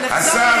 בסדר,